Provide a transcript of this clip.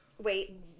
Wait